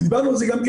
ודיברנו על זה גם כן,